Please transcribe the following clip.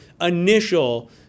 initial